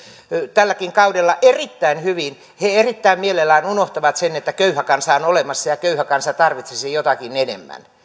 tälläkin kaudella erittäin hyvin he erittäin mielellään unohtavat sen että köyhä kansa on olemassa ja köyhä kansa tarvitsisi jotakin enemmän